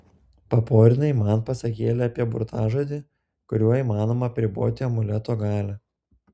paporinai man pasakėlę apie burtažodį kuriuo įmanoma apriboti amuleto galią